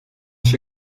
się